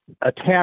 attack